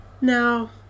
now